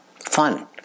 fun